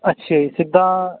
ਅੱਛਾ ਜੀ ਸਿੱਧਾ